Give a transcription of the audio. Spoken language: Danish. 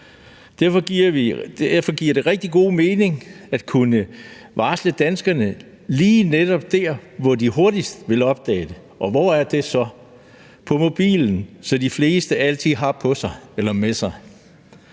derfor giver det rigtig god mening at kunne varsle danskerne lige netop der, hvor de hurtigst ville opdage det. Og hvor er det så? Det er på mobilen, som de fleste altid har på sig eller med sig.